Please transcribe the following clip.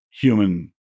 human